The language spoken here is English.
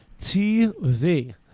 TV